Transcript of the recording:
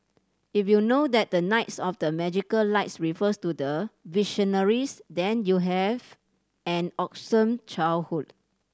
if you know that the knights of the magical lights refers to the Visionaries then you have an awesome childhood